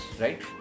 right